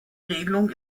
regelung